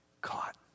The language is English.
caught